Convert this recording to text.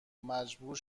مجبور